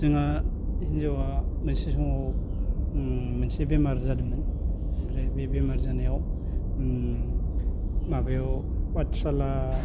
जोंहा हिनजावा मोनसे समाव मोनसे बेमार जादोंमोन ओमफ्राय बे बेमार जानायाव माबायाव पाथसाला